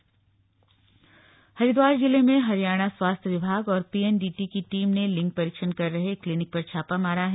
लिंग परीक्षण हरिद्वार जिले में हरियाणा स्वास्थ्य विभाग और पीएनडीटी की टीम ने लिंग परीक्षण कर रहे एक क्लीनिक पर छापा मारा है